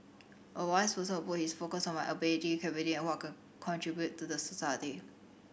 a wise person will put his focus on my ability capability and what I can contribute to the society